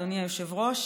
אדוני היושב-ראש,